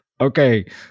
Okay